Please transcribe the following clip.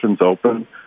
open